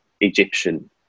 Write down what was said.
Egyptian